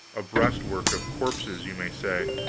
a breastwork, of corpses, you may say.